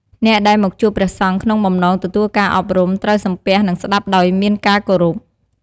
អ្នកដែលមកជួបព្រះសង្ឃក្នុងបំណងទទួលការអប់រំ ត្រូវសំពះនិងស្តាប់ដោយមានការគោរព។